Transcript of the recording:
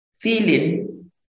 feeling